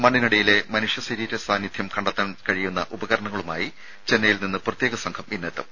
മണ്ണിനടിയിലെ മനുഷ്യ ശരീര സാന്നിധ്യം കണ്ടെത്താൻ കഴിയുന്ന ഉപകരണങ്ങളുമായി ചെന്നൈയിൽ നിന്ന് പ്രത്യേക സംഘം ഇന്നെത്തും